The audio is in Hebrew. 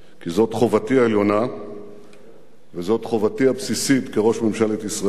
כי זו חובתי העליונה וזאת חובתי הבסיסית כראש ממשלת ישראל.